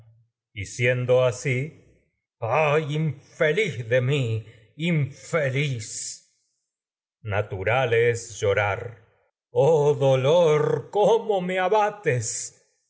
mia siendo así coro y teucro ay infeliz de mí infeliz es coro natural teucro llorar oh dolor cómo me abates